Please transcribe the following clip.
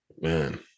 Man